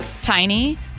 tiny